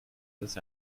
dass